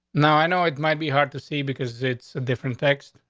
now, i know it might be hard to see because it's a different text.